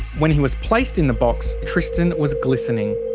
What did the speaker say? when he was placed in the box, tristan was glistening.